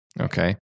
Okay